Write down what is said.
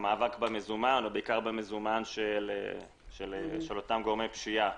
המאבק במזומן, בעיקר במזומן של גורמי הפשיעה,